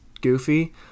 goofy